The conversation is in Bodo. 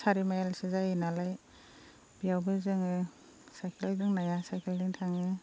सारि माइलसो जायोनालाय बेयावबो जोङो सायखेल रोंनाया सायखेलजों थाङो